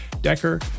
Decker